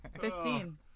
Fifteen